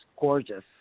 gorgeous